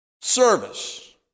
service